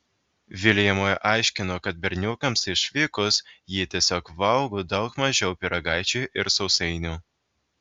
viljamui aiškino kad berniukams išvykus ji tiesiog valgo daug mažiau pyragaičių ir sausainių